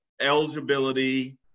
Eligibility